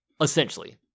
Essentially